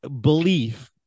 belief